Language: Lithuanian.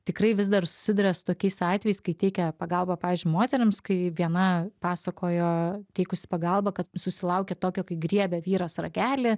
tikrai vis dar susiduria su tokiais atvejais kai teikia pagalbą pavyzdžiui moterims kai viena pasakojo teikusi pagalbą kad susilaukė tokio kai griebė vyras ragelį